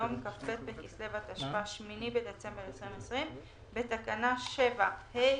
מיום כ"ב בכסלו התשפ"א (8 בדצמבר 2020)"; (2)בתקנה 7(ה),